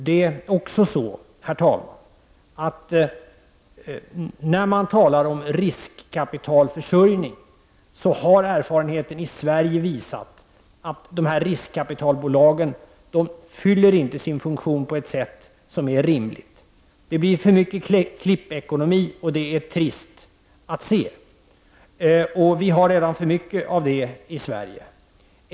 När det gäller riskkapitalförsörjning har erfarenheten i Sverige visat att riskkapitalbolagen inte fyller sin funktion på ett rimligt sätt. Det blir för mycket klippekonomi, och det är trist att se. Vi har redan för mycket av det i Sverige.